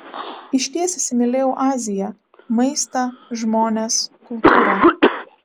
išties įsimylėjau aziją maistą žmones kultūrą